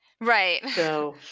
Right